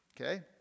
Okay